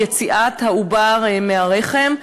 יציאת העובר מהרחם,